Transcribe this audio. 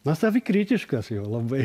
na savikritiškas jau labai